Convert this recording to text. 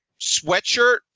sweatshirt